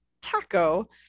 Taco